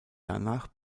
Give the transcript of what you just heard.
danach